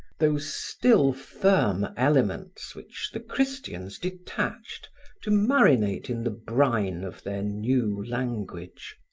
those still firm elements which the christians detached to marinate in the brine of their new language.